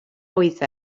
oedd